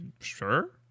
Sure